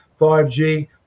5g